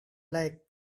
like